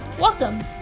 Welcome